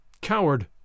Coward